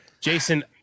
jason